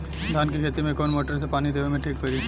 धान के खेती मे कवन मोटर से पानी देवे मे ठीक पड़ी?